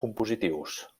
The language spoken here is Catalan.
compositius